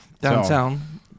downtown